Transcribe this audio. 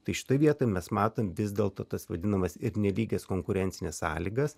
tai štai vietą mes matome vis dėlto tas vadinamas ir nelygias konkurencines sąlygas